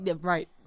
right